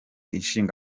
ishinga